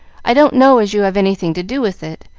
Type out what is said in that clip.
i don't know as you have anything to do with it,